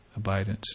abidance